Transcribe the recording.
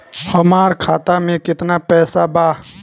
हमार खाता में केतना पैसा बा?